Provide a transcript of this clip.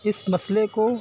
اس مسئلے کو